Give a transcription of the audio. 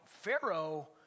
Pharaoh